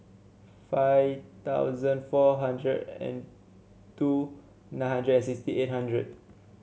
five thousand four hundred and two nine hundred and sixty eight hundred